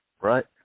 right